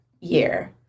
year